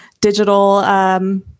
digital